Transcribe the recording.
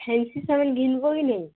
ଗିନ୍ବ କେ ନାଇଁ